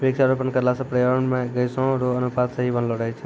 वृक्षारोपण करला से पर्यावरण मे गैसो रो अनुपात सही बनलो रहै छै